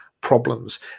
problems